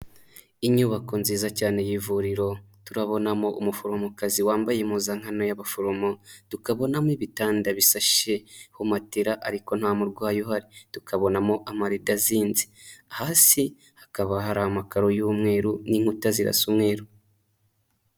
Inyubako nziza cyane y'ivuriro, turabonamo umuforomokazi wambaye impuzankano y'abaforomo, tukabonamo ibitanda bisashe ku matera ariko nta murwayi uhari. Tukabonamo amarido azinze. Hasi hakaba hari amakaro y'umweru n'inkuta zirasa umweru.